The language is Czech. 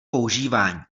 používání